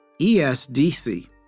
ESDC